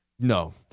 No